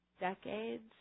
decades